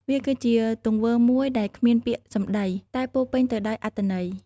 វាគឺជាទង្វើមួយដែលគ្មានពាក្យសំដី តែពោរពេញទៅដោយអត្ថន័យ។